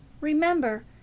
Remember